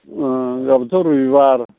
ओ गाबोनथ' रबिबार